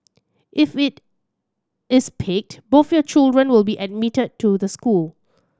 if it is picked both your children will be admitted to the school